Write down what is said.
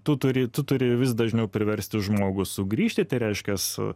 tu turi tu turi vis dažniau priversti žmogų sugrįžti tai reiškias